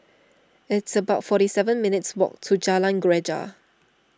it's about forty seven minutes' walk to Jalan Greja